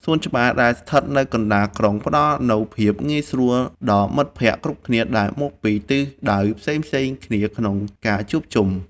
សួនច្បារដែលស្ថិតនៅកណ្តាលក្រុងផ្ដល់នូវភាពងាយស្រួលដល់មិត្តភក្តិគ្រប់គ្នាដែលមកពីទិសដៅផ្សេងៗគ្នាក្នុងការជួបជុំ។